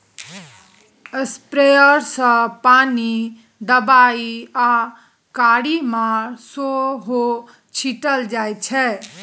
sprayer सँ पानि, दबाइ आ कीरामार सेहो छीटल जाइ छै